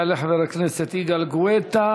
יעלה חבר הכנסת יגאל גואטה,